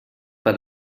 per